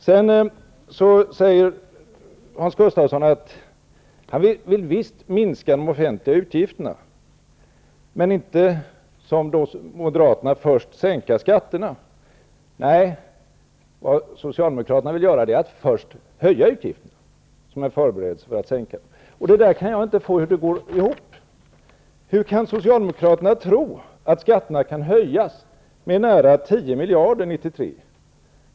Sedan säger Hans Gustafsson att han vill visst minska de offentliga utgifterna men inte som moderaterna först sänka skatterna. Nej, vad Socialdemokraterna vill göra är att först öka utgifterna som en förberedelse för att sänka dem. Jag kan inte få det att gå ihop. Hur kan Socialdemokraterna tro att skatterna kan höjas med nära tio miljarder 1993?